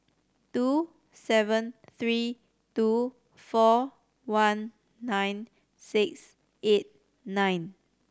two seven three two four one nine six eight nine